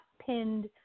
pinned